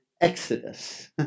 exodus